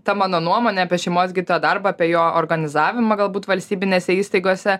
ta mano nuomonė apie šeimos gydytojo darbą apie jo organizavimą galbūt valstybinėse įstaigose